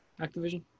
Activision